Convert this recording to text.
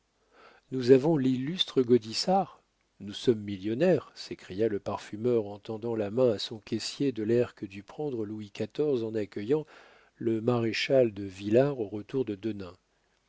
nous avons l'illustre gaudissart nous sommes millionnaires s'écria le parfumeur en tendant la main à son caissier de l'air que dut prendre louis xiv en accueillant le maréchal de villars au retour de